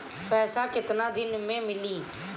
पैसा केतना दिन में मिली?